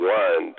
one